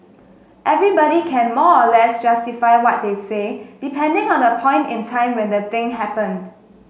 everybody can more or less justify what they say depending on the point in time when the thing happened